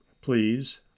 please